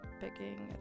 Picking